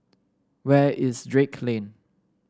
where is Drake Lane